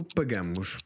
pagamos